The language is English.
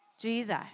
Jesus